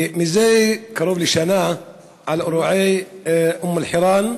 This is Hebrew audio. זה קרוב לשנה מאירועי אום אל-חיראן,